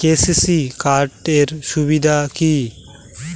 KCC card এর সুবিধা কি?